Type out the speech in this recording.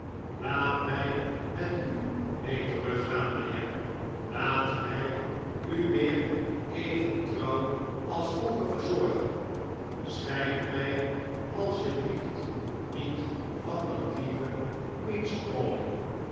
laat mij met u mee teruggaan mijnheer laat mij u weer even trouw als vroeger verzorgen scheid mij als je blieft niet van dat lieve queen's crawley